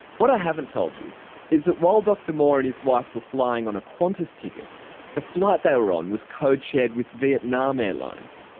what i haven't told you is that while dr moore and his wife were flying on a qantas ticket the flight they were on was code shared with vietnam airlines.